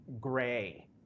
gray